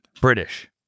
British